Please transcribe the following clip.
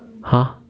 !huh!